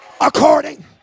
according